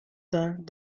that